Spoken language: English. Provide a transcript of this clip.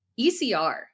ECR